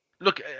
look